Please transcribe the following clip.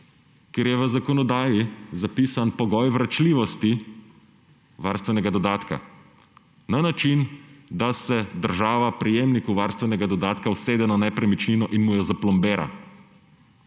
Ker je v zakonodaji zapisan pogoj vračljivosti varstvenega dodatka na način, da se država prejemniku varstvenega dodatka usede na nepremičnino in mu jo zaplombira.